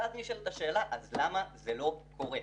ואז נשאלת השאלה: אז למה זה לא קורה?